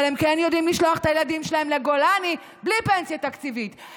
אבל הם כן יודעים לשלוח את הילדים שלהם לגולני בלי פנסיה תקציבית,